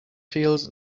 fields